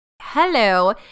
Hello